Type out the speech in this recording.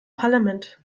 parlament